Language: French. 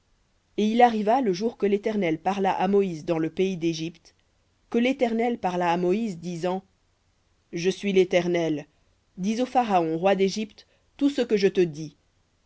et il arriva le jour que l'éternel parla à moïse dans le pays dégypte que l'éternel parla à moïse disant je suis l'éternel dis au pharaon roi d'égypte tout ce que je te dis